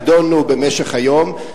יידונו במשך היום.